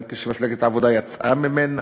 גם כשמפלגת העבודה יצאה ממנה,